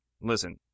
Listen